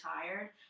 tired